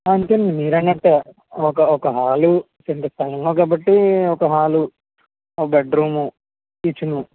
అంతేనండి మీరు అన్నట్టే ఒక హాలు సెంట్ స్థలంలో కాబట్టి ఒక హాలు ఒక బెడ్రూము కిచెను